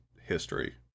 history